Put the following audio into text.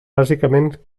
bàsicament